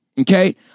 Okay